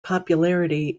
popularity